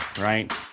Right